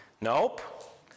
Nope